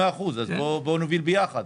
בוא נוביל ביחד.